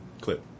Clip